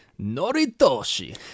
Noritoshi